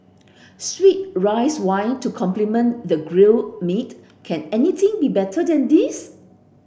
sweet rice wine to complement the grilled meat can anything be better than this